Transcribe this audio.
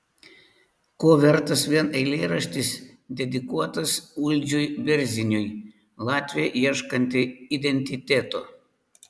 ko vertas vien eilėraštis dedikuotas uldžiui berziniui latvė ieškanti identiteto